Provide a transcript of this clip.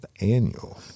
annual